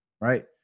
right